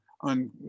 on